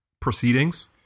proceedings